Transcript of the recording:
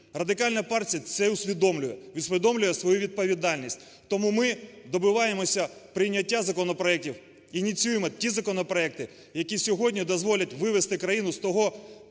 Радикальна партія це усвідомлює і усвідомлює свою відповідальність. Тому ми добиваємося прийняття законопроектів, ініціюємо ті законопроекти, які сьогодні дозволять вивести країну з того